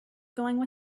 going